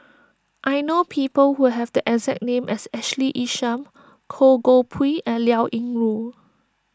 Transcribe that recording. I know people who have the exact name as Ashley Isham Goh Koh Pui and Liao Yingru